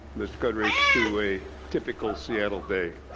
mr. cordray, to a typical seattle day.